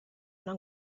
una